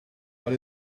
what